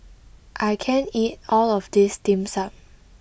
I can't eat all of this Dim Sum